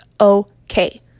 okay